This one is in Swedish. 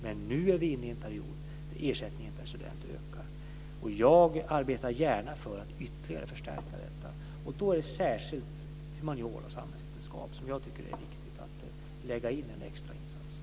Men nu är vi inne i en period där ersättningen per student ökar. Jag arbetar gärna för att ytterligare förstärka detta. Då är det särskilt humaniora och samhällsvetenskap som jag tycker att det är viktigt att lägga in en extra insats i.